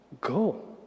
go